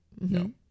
No